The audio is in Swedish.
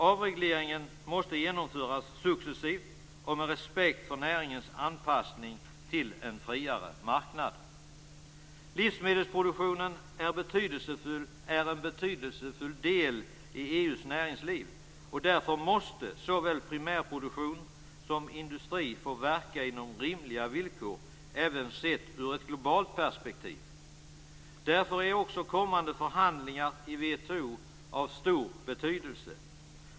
Avregleringen måste genomföras successivt och med respekt med näringens anpassning till en friare marknad. Livsmedelsproduktionen är en betydelsefull del i EU:s näringsliv. Därför måste såväl primärproduktion som industri få verka inom rimliga villkor även sett ur ett globalt perspektiv. Därför är också kommande förhandlingar i WTO av stor betydelse.